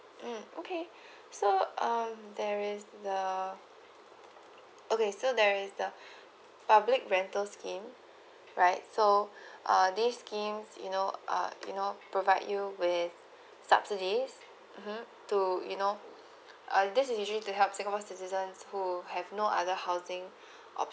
mm okay so um there is the okay so there is the public rental scheme right so uh this scheme you know uh you know provide you with subsidies mmhmm to you know uh this is usually to help singapore citizens who have no other housing option